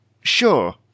Sure